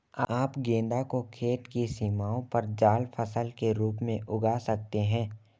आप गेंदा को खेत की सीमाओं पर जाल फसल के रूप में उगा सकते हैं